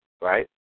right